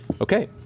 Okay